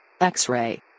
X-ray